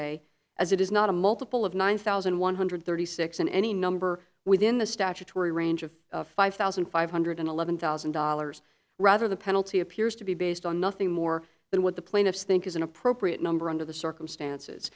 a as it is not a multiple of one thousand one hundred thirty six and any number within the statutory range of five thousand five hundred and eleven thousand dollars rather the penalty appears to be based on nothing more than what the plaintiffs think is an appropriate number under the circumstances